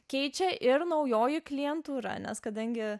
keičia ir naujoji klientūra nes kadangi